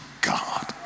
God